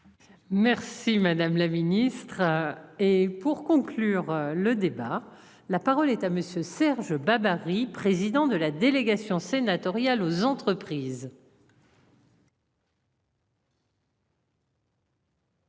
Merci madame la ministre. Et pour conclure le débat. La parole est à monsieur Serge Babary, président de la délégation sénatoriale aux entreprises.